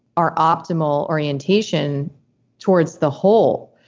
our optimal orientation towards the whole?